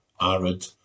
arid